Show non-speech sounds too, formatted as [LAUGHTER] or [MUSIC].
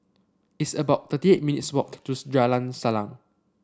it's about thirty eight minutes walk [UNINTELLIGIBLE] Jalan Salang